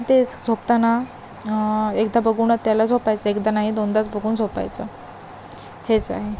तेच झोपताना एकदा बघून त्याला झोपायचं एकदा नाही दोनदाच बघून झोपायचं हेच आहे